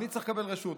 ממי צריך לקבל רשות?